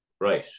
right